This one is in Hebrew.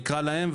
נקרא להם,